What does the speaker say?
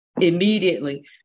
immediately